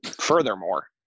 Furthermore